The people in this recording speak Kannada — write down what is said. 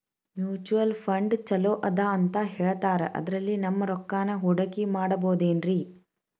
ಮ್ಯೂಚುಯಲ್ ಫಂಡ್ ಛಲೋ ಅದಾ ಅಂತಾ ಹೇಳ್ತಾರ ಅದ್ರಲ್ಲಿ ನಮ್ ರೊಕ್ಕನಾ ಹೂಡಕಿ ಮಾಡಬೋದೇನ್ರಿ?